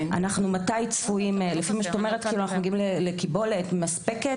האם מדברייך אנחנו כאילו מגיעים לקיבולת מספקת